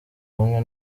ubumwe